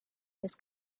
his